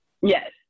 Yes